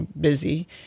busy